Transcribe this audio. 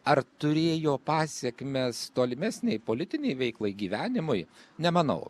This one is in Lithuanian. ar turėjo pasekmes tolimesnei politinei veiklai gyvenimui nemanau